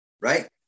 right